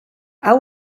hau